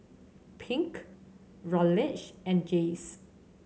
Pink Raleigh and Jace